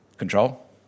Control